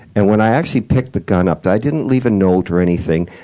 and when i actually picked the gun up, i didn't leave a note or anything.